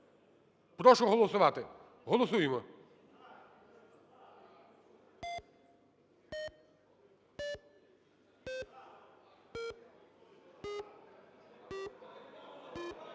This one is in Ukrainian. Прошу проголосувати. Голосуємо.